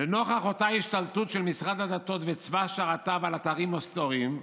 "לנוכח אותה השתלטות של משרד הדתות וצבא שרתיו על אתרים היסטוריים,